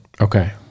Okay